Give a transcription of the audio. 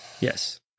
Yes